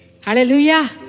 Hallelujah